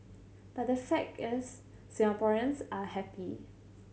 but the fact is Singaporeans are happy